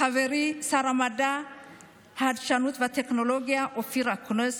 לחברי שר החדשנות, המדע והטכנולוגיה אופיר אקוניס,